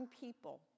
people